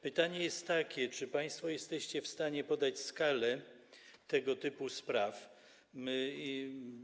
Pytanie jest takie: Czy państwo jesteście w stanie podać, jaka jest skala tego typu spraw?